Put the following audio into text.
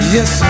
Yes